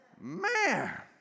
Man